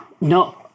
No